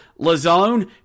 Lazone